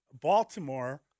Baltimore –